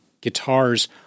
guitars